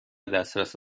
دسترس